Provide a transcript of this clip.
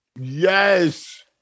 Yes